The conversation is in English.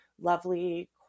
lovely